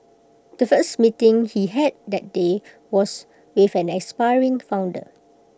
the first meeting he had that day was with an aspiring founder